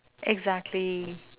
exactly